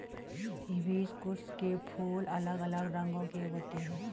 hibiscus के फूल अलग अलग रंगो के होते है